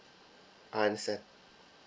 I understand